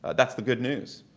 ah that's the good news.